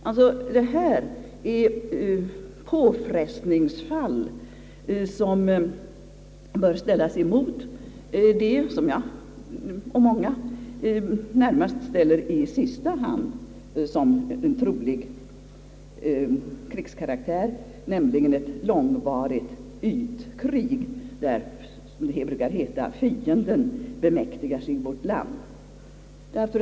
Det gäller här påfrestningsfall som bör ställas emot det som jag — och många — närmast anser komma i sista hand om man bedömer trolig krigskaraktär, nämligen ett långvarigt ytkrig, där — som det brukar heta — »fienden bemäktar sig vårt land».